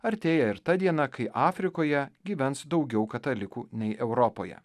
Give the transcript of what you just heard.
artėja ir ta diena kai afrikoje gyvens daugiau katalikų nei europoje